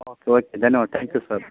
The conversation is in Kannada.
ಓಕೆ ಓಕೆ ಧನ್ಯವಾದ ತ್ಯಾಂಕ್ ಯು ಸರ್